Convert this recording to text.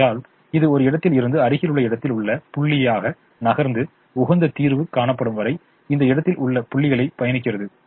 ஆகையால் இது ஒரு இடத்தில் இருந்து அருகிலுள்ள இடத்தில் உள்ள புள்ளியாக நகர்ந்து உகந்த தீர்வு காணப்படும் வரை இந்த இடத்தில் உள்ள புள்ளிகளைப் பயணிக்கிறது